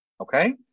Okay